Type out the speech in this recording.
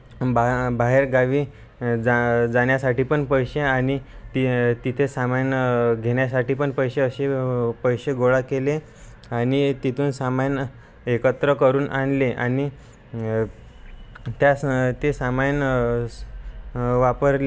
बा बाहेरगावी जा जाण्यासाठी पण पैसे आणि ती तिथे सामान घेण्यासाठी पण पैसे असे पैसे गोळा केले आणि तिथून सामान एकत्र करून आणले आणि त्याच ते सामान वापरले